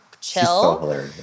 chill